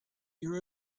your